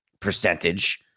percentage